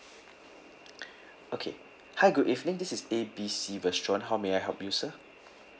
okay hi good evening this is A B C restaurant how may I help you sir